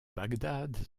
bagdad